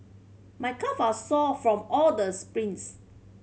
my calves are sore from all the sprints